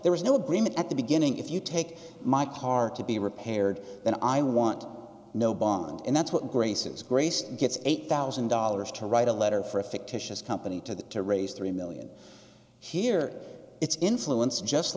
there was no agreement at the beginning if you take my car to be repaired then i want no bond and that's what grayson has graced gets eight thousand dollars to write a letter for a fictitious company to the to raise three million here it's influence